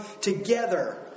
together